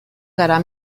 gara